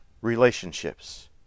relationships